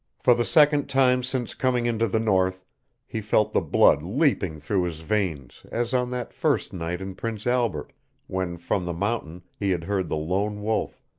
for the second time since coming into the north he felt the blood leaping through his veins as on that first night in prince albert when from the mountain he had heard the lone wolf,